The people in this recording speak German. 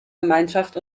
gemeinschaft